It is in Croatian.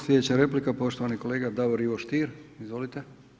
Sljedeća replika poštovani kolega Davor Ivo Stier, izvolite.